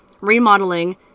remodeling